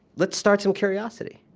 let's start some curiosity.